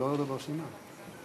כמה טרגי לחשוב שעם שלם נמצא